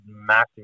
massive